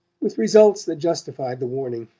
with results that justified the warning.